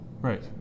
Right